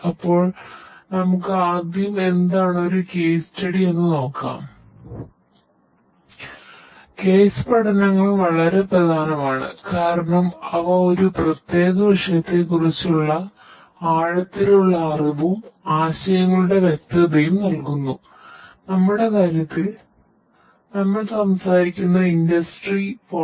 അപ്പോൾ നമുക്കു ആദ്യം എന്താണ് ഒരു കേസ് സ്റ്റഡി എന്ന് നോക്കാം കേസ് പഠനങ്ങൾ വളരെ പ്രധാനമാണ് കാരണം അവ ഒരു പ്രത്യേക വിഷയത്തെക്കുറിച്ചുള്ള ആഴത്തിലുള്ള അറിവും ആശയങ്ങളുടെ വ്യക്തതയും നൽകുന്നു നമ്മുടെ കാര്യത്തിൽ നമ്മൾ സംസാരിക്കുന്നത് ഇൻഡസ്ട്രി 4